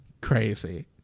crazy